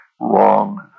wrong